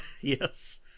Yes